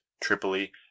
Tripoli